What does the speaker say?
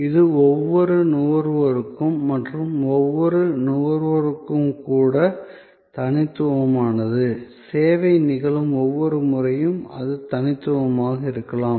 இது ஒவ்வொரு நுகர்வோருக்கும் மற்றும் ஒரே நுகர்வோருக்கும் கூட தனித்துவமானது சேவை நிகழும் ஒவ்வொரு முறையும் அது தனித்துவமாக இருக்கலாம்